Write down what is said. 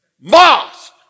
mosque